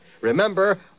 Remember